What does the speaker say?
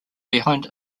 behind